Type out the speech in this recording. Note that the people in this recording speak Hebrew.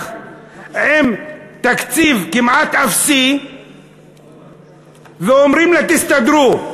עם תקציב כמעט אפסי ואומרים לה: תסתדרו.